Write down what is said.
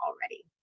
already